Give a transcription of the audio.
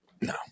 No